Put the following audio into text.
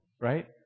right